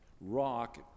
rock